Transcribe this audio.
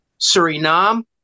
Suriname